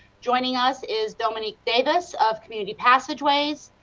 joining us is dominique davis of community passageways.